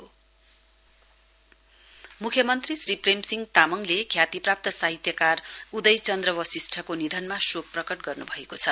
CM condolence मुख्य मन्त्री श्री प्रेमसिंह तामङले ख्यातिप्राप्त साहित्यकार उदयचन्द्र वशिष्ठको निधनमा शोक प्रकट गर्न्भएको छ